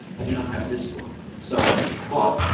i do not have this book. so i bought it,